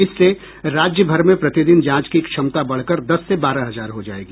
इससे राज्य भर में प्रतिदिन जांच की क्षमता बढ़कर दस से बारह हजार हो जायेगी